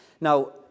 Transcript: Now